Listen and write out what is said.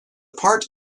part